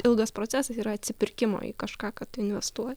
ilgas procesas yra atsipirkimo į kažką kad tu investuoji